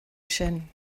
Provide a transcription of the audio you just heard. sin